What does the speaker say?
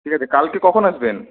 ঠিক আছে কালকে কখন আসবেন